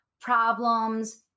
problems